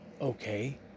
Okay